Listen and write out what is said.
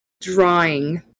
drawing